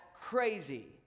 crazy